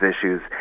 issues